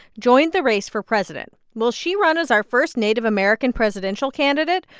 joined the race for president. will she run as our first native american presidential candidate?